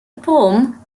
poem